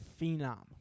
phenom